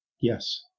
yes